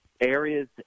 areas